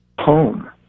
home